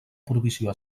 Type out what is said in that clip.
provisió